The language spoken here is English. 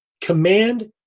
command